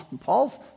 Paul's